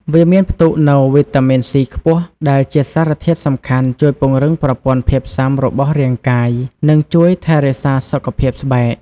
វាមានផ្ទុកនូវ វីតាមីន ស៊ី ខ្ពស់ ដែលជាសារធាតុសំខាន់ជួយពង្រឹងប្រព័ន្ធភាពស៊ាំរបស់រាងកាយ និងជួយថែរក្សាសុខភាពស្បែក។